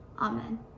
Amen